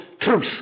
truth